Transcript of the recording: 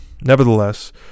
nevertheless